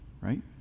right